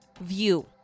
view